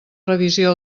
revisió